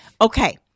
okay